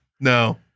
No